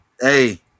Hey